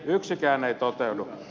yksikään ei toteudu